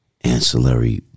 ancillary